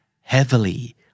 heavily